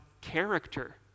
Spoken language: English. character